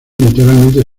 literalmente